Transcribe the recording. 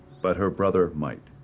but her brother might.